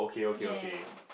ya ya ya